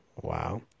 Wow